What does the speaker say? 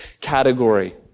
category